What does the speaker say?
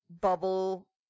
bubble